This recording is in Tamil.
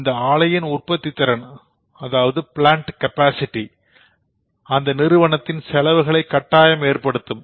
இந்த ஆலையின் பிளான்ட் கெபாசிட்டி அந்த நிறுவனத்தின் நிலையான செலவுகளை கட்டாயம் ஏற்படுத்தும்